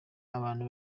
abantu